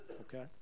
Okay